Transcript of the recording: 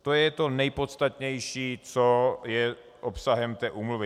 To je to nejpodstatnější, co je obsahem té úmluvy.